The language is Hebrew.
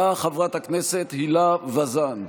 באה חברת הכנסת הילה וזאן.